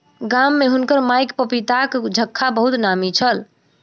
गाम में हुनकर माईक पपीताक झक्खा बहुत नामी छल